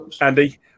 Andy